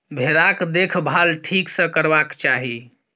भेराक देखभाल ठीक सँ करबाक चाही